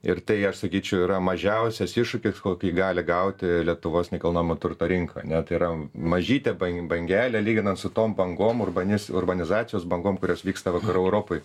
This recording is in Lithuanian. ir tai aš sakyčiau yra mažiausias iššūkis kokį gali gauti lietuvos nekilnojamo turto rinka ar ne tai yra mažytė bang bangelė lyginant su tom bangom urbanis urbanizacijos bangom kurios vyksta vakarų europoj